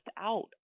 out